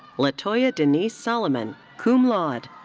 latoya denise solomon, cum laude.